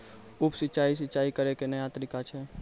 उप सिंचाई, सिंचाई करै के नया तरीका छै